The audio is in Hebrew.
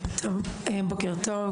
בוקר טוב.